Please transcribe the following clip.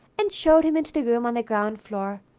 and showed him into the room on the ground-floor.